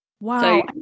Wow